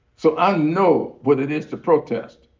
so i know what it is to protest.